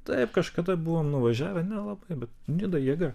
taip kažkada buvom nuvažiavę nelabai bet nida jėga